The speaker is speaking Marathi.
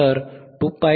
तर 2π200 0